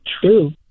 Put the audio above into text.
true